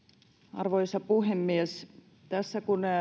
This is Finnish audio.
arvoisa puhemies tässä kun